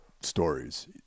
stories